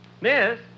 Miss